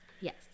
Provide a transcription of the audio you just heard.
Yes